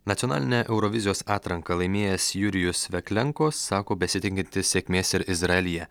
nacionalinę eurovizijos atranką laimėjęs jurijus veklenko sako besitikintis sėkmės ir izraelyje